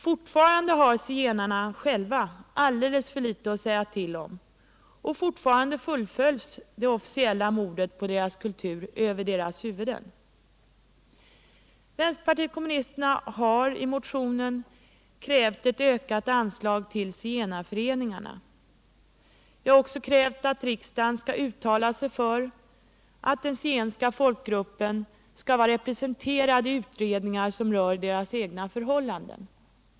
Fortfarande har zigenarna själva alldeles för litet att säga till om, och fortfarande fullföljs det officiella mordet på deras kultur över huvudet på dem. Vpk har i motionen krävt ett ökat anslag till zigenarföreningarna. Vi har också krävt att riksdagen skall uttala sig för att den zigenska folkgruppen skall vara representerad i utredningar som rör deras egna förhållanden.